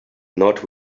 not